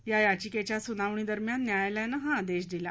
या याचिकेच्या सुनावणी दरम्यान न्यायालयानं हा आदेश दिला